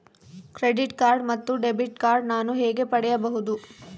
Credit card ಮತ್ತು debit card ನಾನು ಹೇಗೆ ಪಡೆಯಬಹುದು?